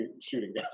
shooting